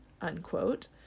unquote